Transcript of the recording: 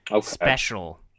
special